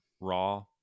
raw